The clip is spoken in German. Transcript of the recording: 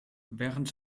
während